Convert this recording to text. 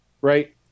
right